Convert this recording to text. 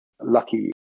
lucky